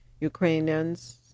Ukrainians